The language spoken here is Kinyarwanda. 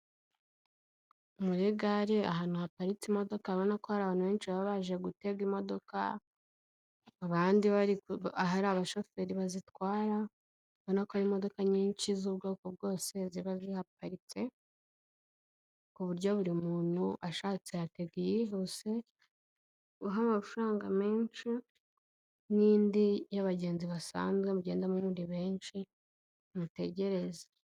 Muri gare ahantu haparitse imodoka babona ko hari abantu benshi baba baje gutega imodoka abandi ahari abashoferi bazitwara, banakora imodoka nyinshi z'ubwoko bwose ziba ziparitse ku buryo buri muntu ashatse ha yihuse uha amafaranga menshi n'indi y'abagenzi basanzwe mugen mundi benshi mutegerereza.